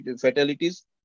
fatalities